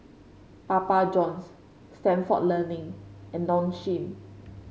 Papa Johns Stalford Learning and Nong Shim